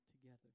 together